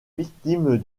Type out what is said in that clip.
victime